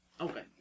okay